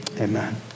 amen